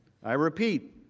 i repeat,